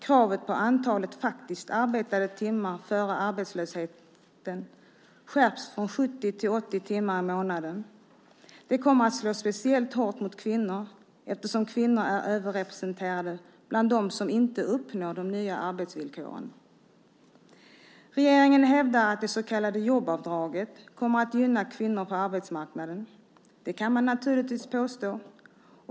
Kravet på antalet faktiskt arbetade timmar före arbetslösheten höjs från 70 timmar till 80 timmar i månaden. Det kommer att slå speciellt hårt mot kvinnor, eftersom kvinnor är överrepresenterade bland dem som inte uppnår de nya arbetsvillkoren. Regeringen hävdar att det så kallade jobbavdraget kommer att gynna kvinnor på arbetsmarknaden. Det kan man naturligtvis påstå.